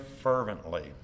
fervently